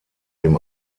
dem